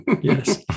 yes